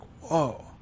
whoa